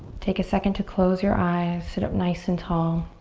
take a second to close your eyes, sit up nice and tall.